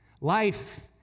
Life